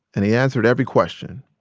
and he answered every question.